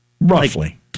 Roughly